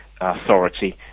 authority